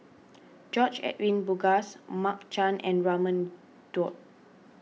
George Edwin Bogaars Mark Chan and Raman Daud